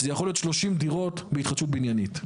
זה יכול להיות שלושים דירות בהתחדשות בניינית,